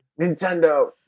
Nintendo